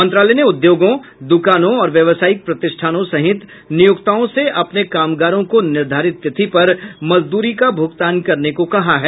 मंत्रालय ने उद्योगों दुकानों और व्यावसायिक प्रतिष्ठानों सहित नियोक्ताओं से अपने कामगारों को निर्धारित तिथि पर मजदूरी का भूगतान करने को कहा है